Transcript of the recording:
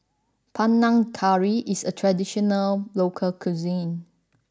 Panang Curry is a traditional local cuisine